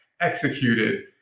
executed